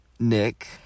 Nick